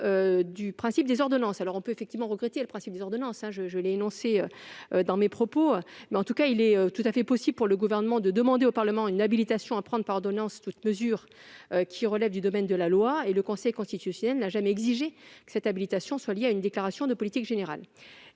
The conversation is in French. du code du travail. Si l'on peut regretter le principe des ordonnances, comme je l'ai dit dans mon propos liminaire, il est tout à fait possible pour le Gouvernement de demander au Parlement une habilitation à prendre par ordonnance toute mesure relavant du domaine de la loi. Le Conseil constitutionnel n'a jamais exigé que cette habilitation soit liée à une déclaration de politique générale.